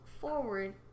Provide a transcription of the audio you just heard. forward